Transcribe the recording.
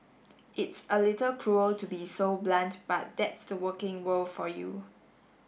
it's a little cruel to be so blunt but that's the working world for you